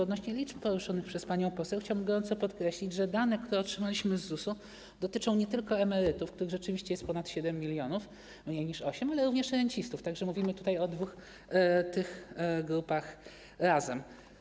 Odnośnie do liczb poruszonych przez panią poseł chciałbym gorąco podkreślić, że dane, które otrzymaliśmy z ZUS-u, dotyczą nie tylko emerytów, których rzeczywiście jest ponad 7 mln, mniej niż 8 mln, ale również rencistów, tak że mówimy tutaj o tych dwóch grupach razem.